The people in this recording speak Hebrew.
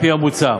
על-פי המוצע,